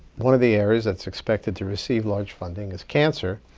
one of the areas that's expected to receive large funding is cancer.